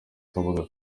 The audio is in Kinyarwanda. kabuga